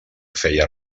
feia